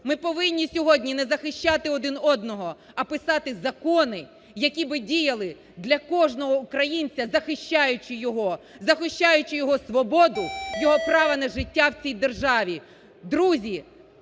Ми повинні сьогодні не захищати один одного, а писати закони, які б діяли для кожного українця, захищаючи його, захищаючи його свободу, його право на життя в цій державі. Друзі,